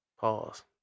Pause